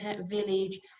village